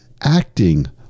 acting